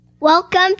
Welcome